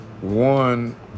One